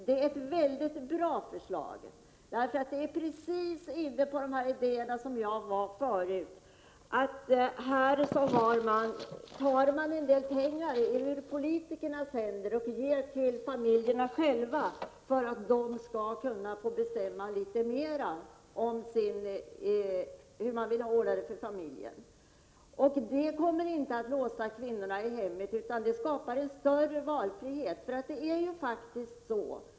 Det är ett väldigt bra förslag, som är inne på precis samma idéer som jag var förut, nämligen att man tar en del pengar ur politikernas händer och ger till familjerna för att de skall kunna bestämma själva hur de vill ordna det. Det kommer inte att låsa in kvinnorna i hemmet. Det skapar en större valfrihet.